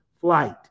flight